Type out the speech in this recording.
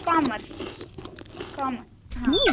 commerce commerce ಹಾಂ